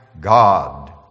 God